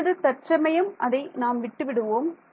இப்பொழுது தற்சமயம் அதை நாம் விட்டு விடுவோம்